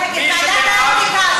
ועדת האתיקה,